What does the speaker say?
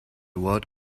what